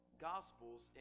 Gospels